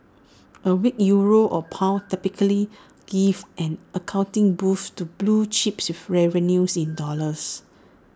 A weak euro or pound typically give an accounting boost to blue chips with revenues in dollars